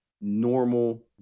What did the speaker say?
normal